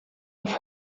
auf